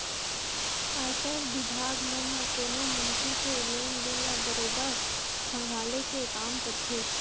आयकर बिभाग मन ह कोनो मनखे के लेन देन ल बरोबर खंघाले के काम करथे